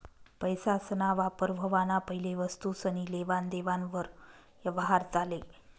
पैसासना वापर व्हवाना पैले वस्तुसनी लेवान देवान वर यवहार चाले